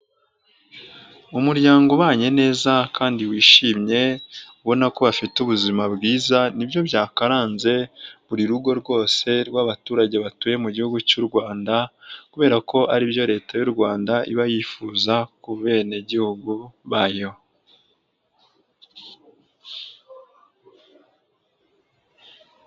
Umuryango ubanye neza kandi wishimye ubona ko bafite ubuzima bwiza nibyo byakaranze buri rugo rwose rw'abaturage batuye mu gihugu cy'u rwanda kubera ko aribyo leta y'u Rwanda iba yifuza ku benegihugu bayo.